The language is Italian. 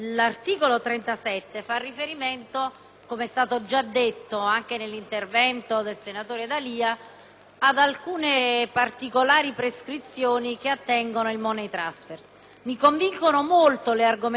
ad alcune particolari prescrizioni che attengono al *money transfer*. Mi convincono molto le argomentazioni del senatore D'Alia che osserva il fenomeno in modo più generale. Siamo di nuovo